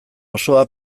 osoa